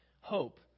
Hope